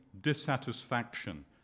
dissatisfaction